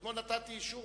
אתמול נתתי אישור,